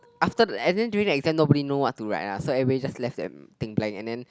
after the and then during the exam nobody know what to write ah so everybody just left that thing blank and then